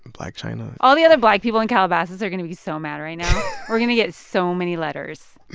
blac chyna all the other black people in calabasas are going to be so mad right now we're going to get so many letters